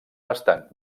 bastant